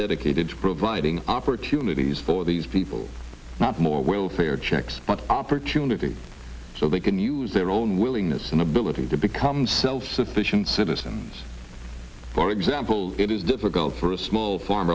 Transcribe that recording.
dedicated to providing opportunities for these people not more welfare checks but opportunity so they can use their own willingness and ability to become self sufficient citizens for example it is difficult for a small farm